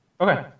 Okay